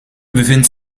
bevindt